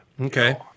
Okay